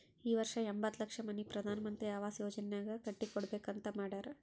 ಈ ವರ್ಷ ಎಂಬತ್ತ್ ಲಕ್ಷ ಮನಿ ಪ್ರಧಾನ್ ಮಂತ್ರಿ ಅವಾಸ್ ಯೋಜನಾನಾಗ್ ಕಟ್ಟಿ ಕೊಡ್ಬೇಕ ಅಂತ್ ಮಾಡ್ಯಾರ್